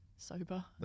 Sober